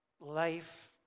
life